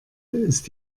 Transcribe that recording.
ist